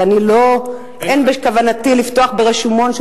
ואין בכוונתי לפתוח ברשומון,